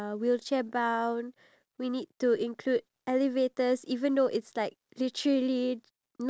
ya and we do all of these we we take all of our efforts and all our financial needs